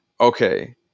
okay